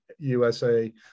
USA